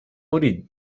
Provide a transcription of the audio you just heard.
murid